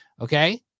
Okay